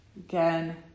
Again